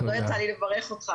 עוד לא יצא לי לברך אותך,